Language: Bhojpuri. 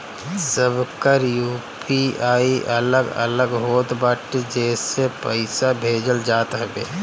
सबकर यू.पी.आई अलग अलग होत बाटे जेसे पईसा भेजल जात हवे